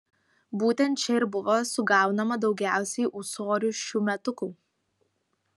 būtent čia ir buvo sugaunama daugiausiai ūsorių šiųmetukų